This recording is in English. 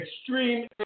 Extreme